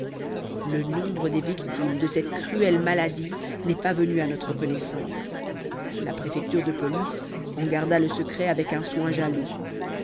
le nombre des victimes de cette cruelle maladie n'est pas venu à notre connaissance la préfecture de police en garda le secret avec un soin jaloux